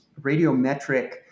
radiometric